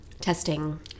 Testing